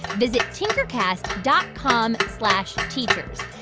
visit tinkercast dot com slash teachers.